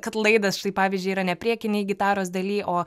kad laidas štai pavyzdžiui yra ne priekinėj gitaros daly o